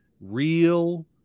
real